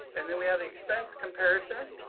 and then we have the expense comparison.